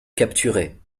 capturer